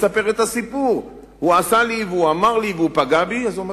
מספר את הסיפור: הוא עשה לי והוא פגע בי והוא אמר לי.